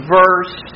verse